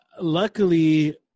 luckily